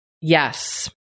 Yes